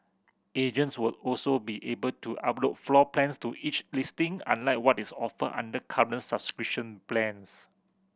agents will also be able to upload floor plans to each listing unlike what is offered under current plans